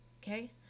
Okay